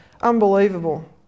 unbelievable